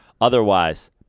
otherwise